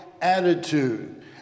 attitude